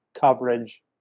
coverage